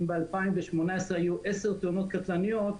אם ב-2018 היו 10 תאונות קטלניות,